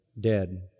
dead